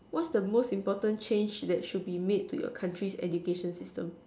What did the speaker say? what's the most important change that should be made to your country's education system